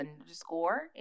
underscore